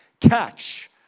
catch